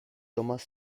thomas